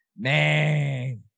Man